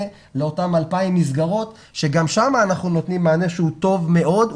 לאותן 2,000 מסגרות שגם שם אנחנו נותנים מענה שהוא טוב מאוד,